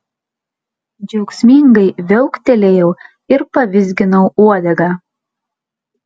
džiaugsmingai viauktelėjau ir pavizginau uodegą